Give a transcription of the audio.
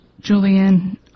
Julian